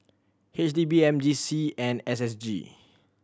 H D B M G C and S S G